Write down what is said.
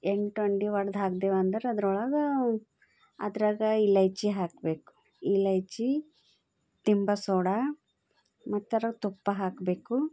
ಎಂಟು ಅಂಡಾ ಒಡ್ದು ಹಾಕ್ದೇವಂದ್ರೆ ಅದ್ರೊಳಗೆ ಅದ್ರಾಗ ಇಲೈಚಿ ಹಾಕಬೇಕು ಇಲೈಚಿ ತಿಂಬೋ ಸೋಡಾ ಮತ್ತದ್ರಾಗ ತುಪ್ಪ ಹಾಕಬೇಕು